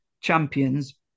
champions